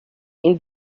این